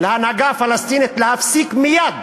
להנהגה הפלסטינית, להפסיק מייד